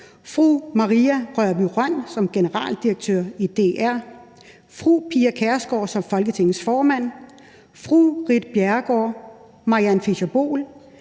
fru Maria Rørby-Rønn som generaldirektør i DR, og fru Pia Kjærsgaard som Folketingets formand, fru Ritt Bjerregaard, fru Mariann Fischer Boel,